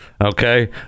Okay